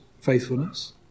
faithfulness